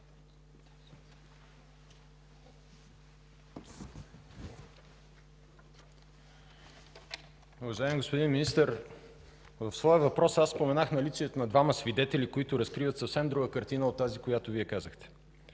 Уважаеми господин Министър, в своя въпрос аз споменах наличието на двама свидетели, които разкриват съвсем друга картина от тази, която Вие казахте.